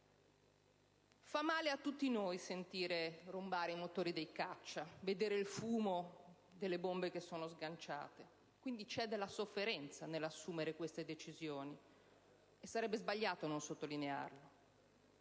Fa male a tutti noi sentire rombare i motori dei caccia, vedere il fumo delle bombe sganciate. Quindi, c'è della sofferenza nell'assumere queste decisioni, e sarebbe sbagliato non sottolinearlo.